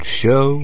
show